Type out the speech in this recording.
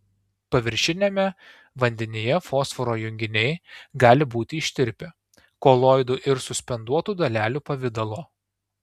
paviršiniame vandenyje fosforo junginiai gali būti ištirpę koloidų ir suspenduotų dalelių pavidalo